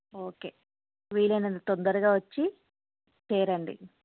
okay వీలైనంత తొందరగా వచ్చి చేరండి